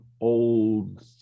old